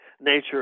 nature